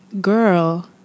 girl